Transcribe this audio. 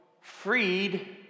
freed